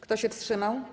Kto się wstrzymał?